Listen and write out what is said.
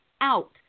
out